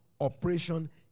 operation